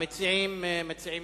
המציעים מציעים